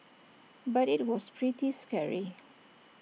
but IT was pretty scary